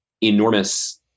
enormous